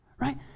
right